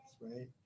right